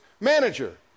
manager